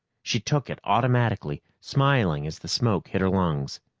she took it automatically, smiling as the smoke hit her lungs.